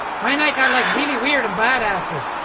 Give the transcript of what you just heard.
my night got like really weird and bad after.